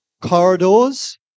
corridors